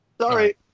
Sorry